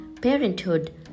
parenthood